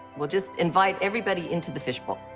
we'll just invite everybody into the fish bowl.